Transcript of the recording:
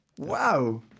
Wow